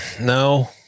No